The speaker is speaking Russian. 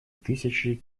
тысячи